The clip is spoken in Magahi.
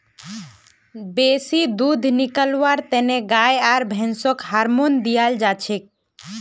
बेसी दूध निकलव्वार तने गाय आर भैंसक हार्मोन दियाल जाछेक